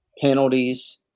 penalties